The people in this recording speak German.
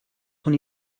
von